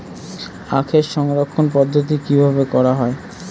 আখের সংরক্ষণ পদ্ধতি কিভাবে করা হয়?